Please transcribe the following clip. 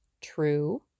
True